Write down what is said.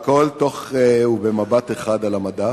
והכול במבט אחד על המדף,